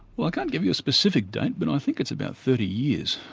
well i can't give you a specific date, but i think it's about thirty years,